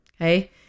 Okay